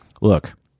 look